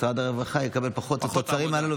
משרד הרווחה יקבל פחות את התוצרים הללו